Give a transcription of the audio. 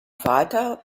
vater